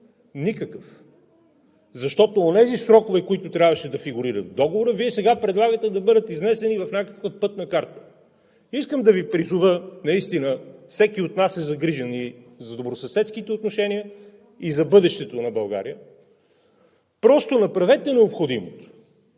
Никакъв! Защото онези срокове, които трябваше да фигурират в Договора, Вие сега предлагате да бъдат изнесени в някаква пътна карта. Искам да Ви призова – наистина всеки от нас е загрижен и за добросъседските отношения, и за бъдещето на България, просто направете необходимото